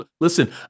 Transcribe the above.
Listen